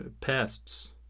pests